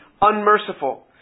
unmerciful